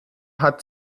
hat